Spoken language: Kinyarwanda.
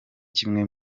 kimwe